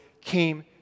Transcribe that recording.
came